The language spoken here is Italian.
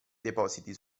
depositi